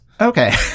Okay